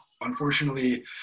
Unfortunately